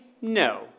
No